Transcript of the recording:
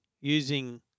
using